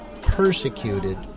persecuted